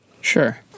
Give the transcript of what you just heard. sure